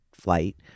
flight